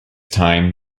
time